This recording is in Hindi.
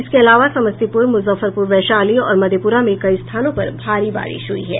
इसके अलावा समस्तीपुर मुजफ्फरपुर वैशाली और मधेपुरा में कई स्थानों पर भारी बारिश हुई है